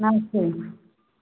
नमस्ते